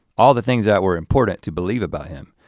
all the things that were important to believe about him.